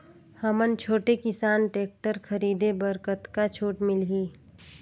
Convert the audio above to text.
हमन छोटे किसान टेक्टर खरीदे बर कतका छूट मिलही?